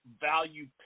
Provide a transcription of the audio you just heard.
value